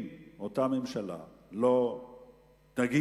אם אותה ממשלה לא תגיע